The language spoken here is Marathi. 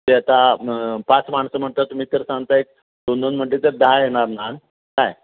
ते आता पाच माणसं म्हणतात तुम्ही तर सांगता एक दोन दोन म्हणजे तर दहा येणार नान काय